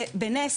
בנס,